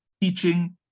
teaching